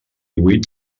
huit